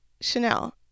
Chanel